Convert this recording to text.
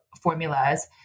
formulas